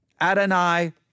Adonai